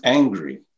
angry